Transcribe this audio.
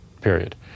period